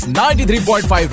93.5